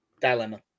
dilemma